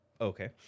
Okay